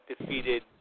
defeated